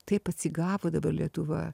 taip atsigavo dabar lietuva